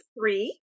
three